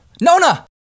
Nona